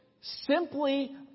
simply